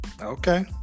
Okay